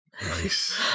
Nice